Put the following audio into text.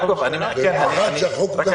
במיוחד שהחוק הוא וולונטרי,